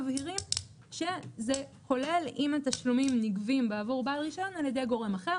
מבהירים שזה כולל אם התשלומים נגבים בעבור בעל רישיון על ידי גורם אחר,